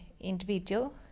individual